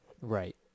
Right